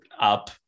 up